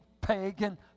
pagan